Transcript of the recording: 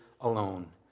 alone